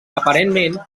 aparentment